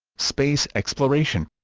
space exploration